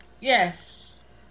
Yes